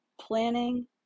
planning